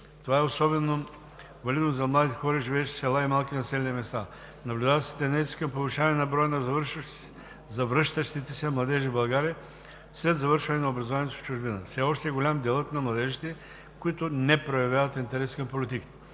Това е особено валидно за младите хора, живеещи в села и малки населени места. Наблюдава се тенденция към повишаване на броя на завръщащите се младежи в България след завършване на образованието си в чужбина. Все още е голям делът на младежите, които не проявяват интерес към политиката.